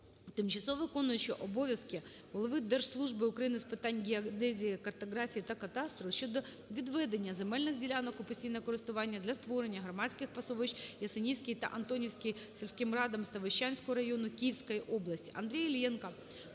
тимчасово виконуючого обов'язки голови Держслужби України з питань геодезії, картографії та кадастру щодо відведення земельних ділянок у постійне користування для створення громадських пасовищ Ясенівській та Антонівській сільським радам Ставищенського району Киїївської області.